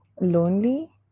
lonely